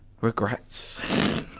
regrets